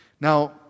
Now